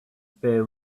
beer